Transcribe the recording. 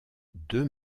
deux